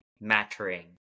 Mattering